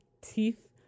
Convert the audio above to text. teeth